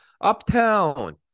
uptown